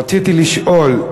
רציתי לשאול: